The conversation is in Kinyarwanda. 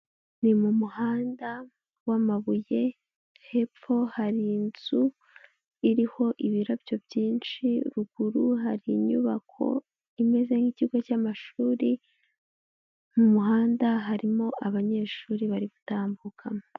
Ni mu muhanda w'amabuye, hepfo hari inzu iriho ibirabyo byinshi, ruguru hari inyubako imeze nk'ikigo cy'amashuri, mu muhanda harimo abanyeshuri bari gutambukamo.